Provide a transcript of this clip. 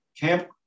Camp